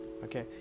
Okay